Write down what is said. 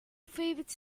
favorite